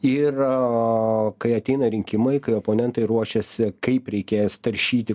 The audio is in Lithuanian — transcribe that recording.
ir kai ateina rinkimai kai oponentai ruošiasi kaip reikės taršyti